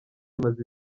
imaze